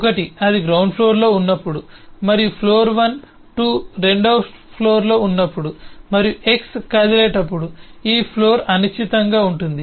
1 అది గ్రౌండ్ ఫ్లోర్లో ఉన్నప్పుడు ఫ్లోర్ 1 2 రెండవ ఫ్లోర్లో ఉన్నప్పుడు మరియు x కదిలేటప్పుడు ఈ ఫ్లోర్ అనిశ్చితంగా ఉంటుంది